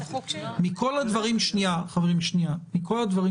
אבל מכל הדברים שאמרת